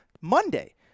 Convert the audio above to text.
Monday